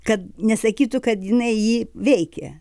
kad nesakytų kad jinai jį veikė